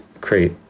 create